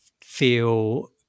feel